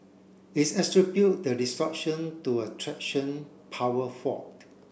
is attribute the disruption to a traction power fault